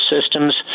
systems